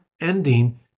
ending